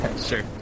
Sure